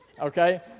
okay